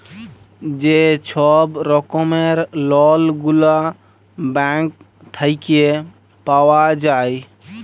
যে ছব রকমের লল গুলা ব্যাংক থ্যাইকে পাউয়া যায়